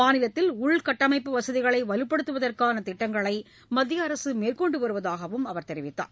மாநிலத்தில் உள்கட்டமைப்பு வசதிகளை வலுப்படுத்துவதற்கான திட்டங்களை மத்திய அரசு மேற்கொண்டு வருவதாகவும் அவர் கூறினார்